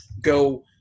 go